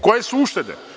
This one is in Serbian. Koje su uštede?